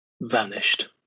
vanished